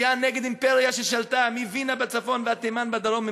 יציאה נגד אימפריה ששלטה מווינה בצפון ועד תימן בדרום,